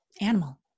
animal